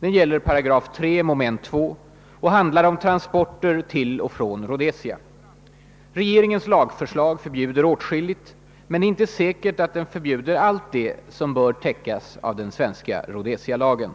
Det gäller 3 § punkt 2 och handlar om transporter till och från Rhodesia. Regeringens lagförslag förbjuder åtskilligt, men det är inte säkert att det förbjuder allt det som bör täckas av den svenska Rhodesialagen.